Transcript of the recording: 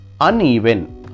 Uneven